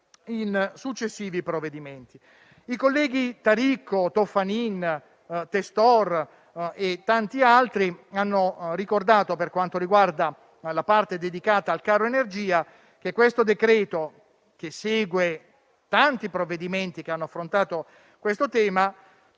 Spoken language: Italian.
I colleghi Taricco, Toffanin, Testor e tanti altri hanno ricordato, per quanto riguarda la parte dedicata al caro energia, che questo decreto-legge - che segue tanti provvedimenti che hanno affrontato il tema